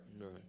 Right